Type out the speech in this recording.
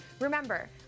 Remember